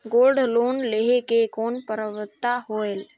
Gold loan लेहे के कौन पात्रता होएल?